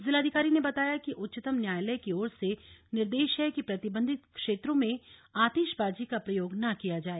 जिलाधिकारी ने बताया कि उच्चतम न्यायालय की ओर से निर्देश है कि प्रतिबन्धित क्षेत्रों में आतिशबाजी का प्रयोग न किया जाए